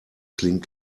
klingt